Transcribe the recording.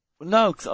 No